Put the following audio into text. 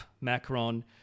Macron